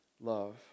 love